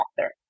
author